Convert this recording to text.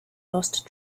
lost